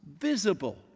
visible